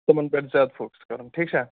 تِمَن پٮ۪ٹھ زیادٕ فوکَس کَرُن ٹھیٖک چھا